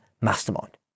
Mastermind